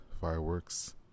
fireworks